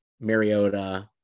Mariota